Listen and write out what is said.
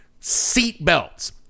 seatbelts